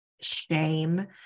shame